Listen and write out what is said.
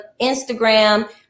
Instagram